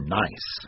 nice